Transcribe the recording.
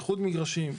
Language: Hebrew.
איחוד מגרשים.